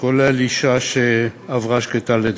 כולל אישה שעברה לידה שקטה.